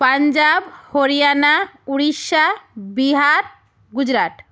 Punjab Haryana Orissa Bihar Gujarat